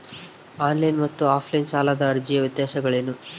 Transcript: On line ಮತ್ತು offline ಸಾಲದ ಅರ್ಜಿಯ ವ್ಯತ್ಯಾಸಗಳೇನು?